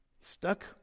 Stuck